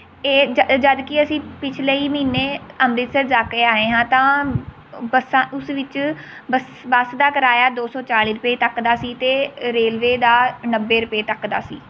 ਇਹ ਜਦ ਜਦੋਂ ਕਿ ਅਸੀਂ ਪਿਛਲੇ ਹੀ ਮਹੀਨੇ ਅੰਮ੍ਰਿਤਸਰ ਜਾ ਕੇ ਆਏ ਹਾਂ ਤਾਂ ਬੱਸਾਂ ਉਸ ਵਿੱਚ ਬੱਸ ਬੱਸ ਦਾ ਕਿਰਾਇਆ ਦੋ ਸੌ ਚਾਲ਼ੀ ਰੁਪਏ ਤੱਕ ਦਾ ਸੀ ਅਤੇ ਰੇਲਵੇ ਦਾ ਨੱਬੇ ਰੁਪਏ ਤੱਕ ਦਾ ਸੀ